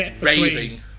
raving